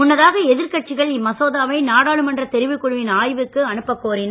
முன்னதாக எதிர்கட்சிகள் இம்மசோதாவை நாடாளுமன்ற தெரிவுக் குழுவின் ஆய்விற்கு அனுப்பக் கோரினர்